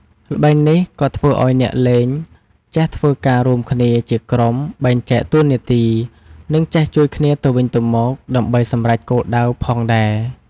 ល្បែងនេះក៏ធ្វើឲ្យអ្នកលេង ចេះធ្វើការរួមគ្នាជាក្រុម បែងចែកតួនាទី និងចេះជួយគ្នាទៅវិញទៅមកដើម្បីសម្រេចគោលដៅផងដែរ។